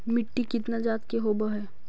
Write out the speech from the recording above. मिट्टी कितना जात के होब हय?